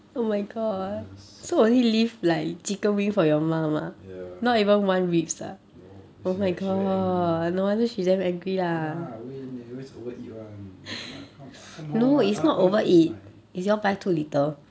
goodness ya no then she then she very angry ya lah wayne always over eat [one] when I come home I I want eat my